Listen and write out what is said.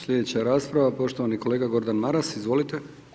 Slijedeća rasprava, poštovani kolega Gordan Maras, izvolite.